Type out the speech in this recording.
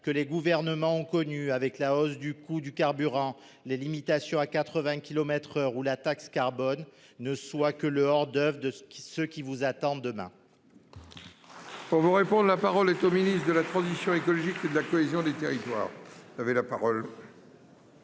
que les gouvernements ont connu avec la hausse du coût du carburant les limitation à 80 km/h ou la taxe carbone ne soit que le hors-d'Oeuvres de ce qui ce qui vous attend demain. On vous répond. La parole est au ministre de la transition écologique et de la cohésion des. Monsieur le